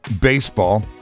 baseball